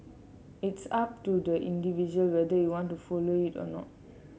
it's up to the individual whether you want to follow it or not